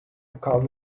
call